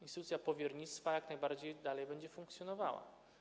Instytucja powiernictwa jak najbardziej dalej będzie funkcjonowała.